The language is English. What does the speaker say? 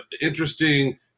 interesting